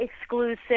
exclusive